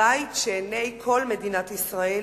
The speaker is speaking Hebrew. הבית שעיני כל מדינת ישראל